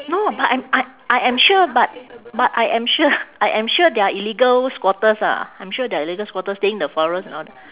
no but I'm I I am sure but but I am sure I am sure there are illegal squatters ah I'm sure there are illegal squatters stay in the forest and all that